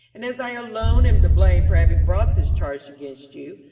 and as i alone am to blame for having brought this charge against you,